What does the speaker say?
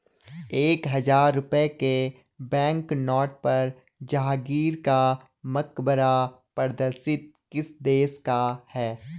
एक हजार रुपये के बैंकनोट पर जहांगीर का मकबरा प्रदर्शित किस देश का है?